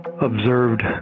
observed